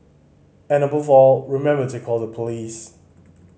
and above all remember to call the police